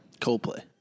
Coldplay